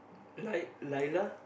like Lyla